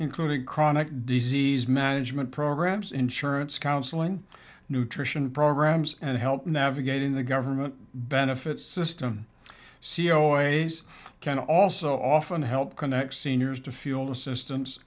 including chronic disease management programs insurance counseling nutrition programs and help navigating the government benefits system c o is can also often help connect seniors to fuel assistance